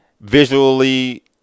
visually